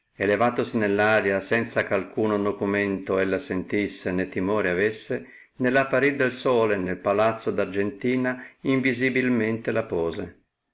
e levatosi nelr aria senza eh alcuno nocumento ella sentisse né timore avesse nell apparir del sole nel palazzo d argentina invisibilmente la pose